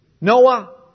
Noah